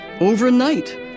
Overnight